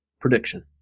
prediction